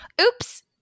oops